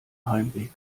heimweg